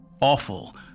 Awful